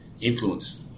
influence